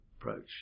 approach